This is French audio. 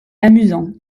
amusant